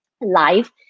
life